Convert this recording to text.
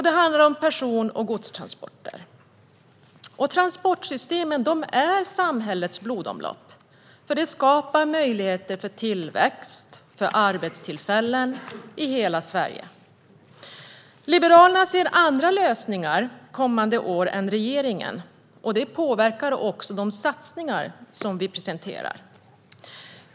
Det handlar också om person och godstransporter. Transportsystemen är samhällets blodomlopp. De skapar möjligheter till tillväxt och arbetstillfällen i hela Sverige. Liberalerna ser andra lösningar kommande år än regeringen, och detta påverkar de satsningar vi presenterar.